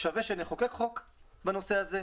שווה שנחוקק חוק בנושא הזה,